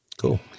cool